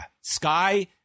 Sky